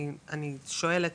אני שואלת,